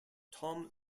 tim